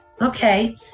okay